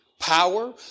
power